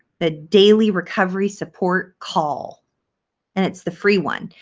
the daily recovery support call and it's the free one.